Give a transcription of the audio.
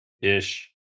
ish